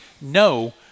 No